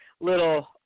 little